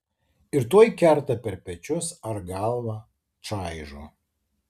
ir tuoj kerta per pečius ar galvą čaižo